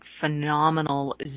phenomenal